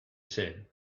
said